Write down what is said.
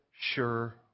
sure